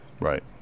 Right